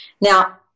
Now